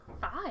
Five